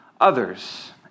others